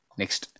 next